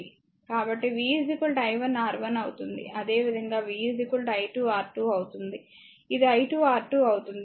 కాబట్టి v i1 R1 అవుతుంది అదేవిధంగా v i2 R2 అవుతుంది ఇది R2 i2 అవుతుంది